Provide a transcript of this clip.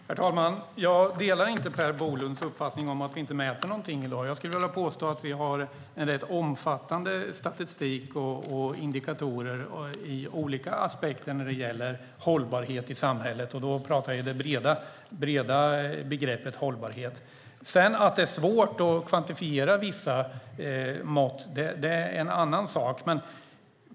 Herr talman! Jag delar inte Per Bolunds uppfattning om att vi inte mäter någonting i dag. Jag skulle vilja påstå att vi har en rätt omfattande statistik och indikatorer när det gäller olika aspekter rörande hållbarhet i samhället. Då pratar jag om hållbarhet i det breda perspektivet. Att det är svårt att kvantifiera vissa mått är en annan sak.